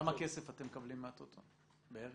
כמה כסף אתם מקבלים מהטוטו, בערך?